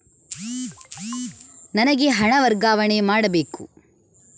ನನಗೆ ಹಣ ವರ್ಗಾವಣೆ ಮಾಡಬೇಕು